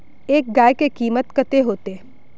एक गाय के कीमत कते होते?